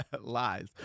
Lies